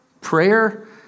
Prayer